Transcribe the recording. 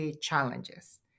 challenges